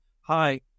Hi